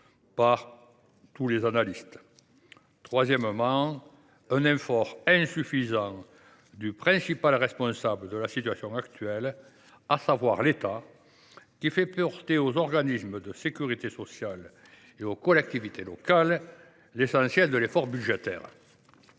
par tous les analystes. J’observe enfin un effort insuffisant du principal responsable de la situation actuelle, à savoir l’État, qui fait porter sur les organismes de sécurité sociale et sur les collectivités territoriales l’essentiel de l’effort budgétaire.